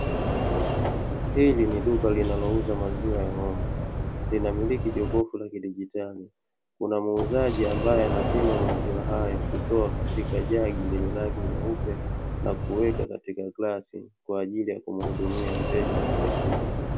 Hili ni duka linalouza maziwa ya ng'ombe, linamiliki jokofu la kidigitali. Kuna muuzaji ambaye anapima maziwa hayo, kutoa katika jagi lenye rangi nyeupe na kuweka katika glasi kwa ajili ya kumuhudumia mteja atakayekuja.